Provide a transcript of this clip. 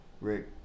Rick